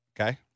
okay